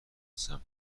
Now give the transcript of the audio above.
سمت